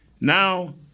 now